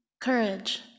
courage